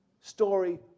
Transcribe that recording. story